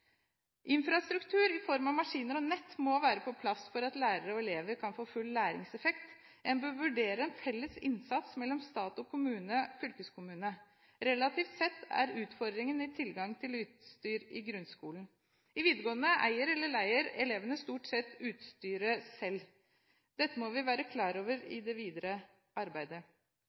Infrastruktur i form av maskiner og nett må være på plass for at lærere og elever kan få full læringseffekt. En bør vurdere en felles innsats av stat, kommune og fylkeskommune. Relativt sett er utfordringen tilgang til utstyr i grunnskolen. I videregående skole eier eller leier elevene stort sett utstyret selv. Dette må vi være klar over i det videre arbeidet.